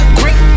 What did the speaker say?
great